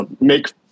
make